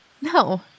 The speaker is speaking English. no